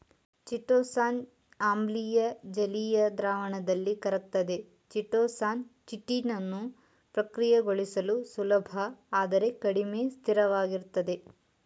chitosan ಆಮ್ಲೀಯ ಜಲೀಯ ದ್ರಾವಣದಲ್ಲಿ ಕರಗ್ತದೆ ಚಿಟೋಸಾನ್ ಚಿಟಿನನ್ನು ಪ್ರಕ್ರಿಯೆಗೊಳಿಸಲು ಸುಲಭ ಆದರೆ ಕಡಿಮೆ ಸ್ಥಿರವಾಗಿರ್ತದೆ